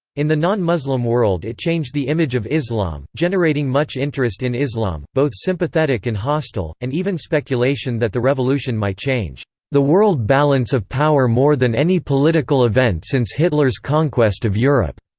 in the non-muslim world it changed the image of islam, generating much interest in islam both sympathetic and hostile and even speculation that the revolution might change the world balance of power more than any political event since hitler's conquest of europe.